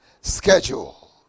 schedule